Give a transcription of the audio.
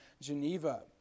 Geneva